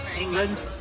England